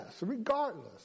regardless